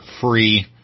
free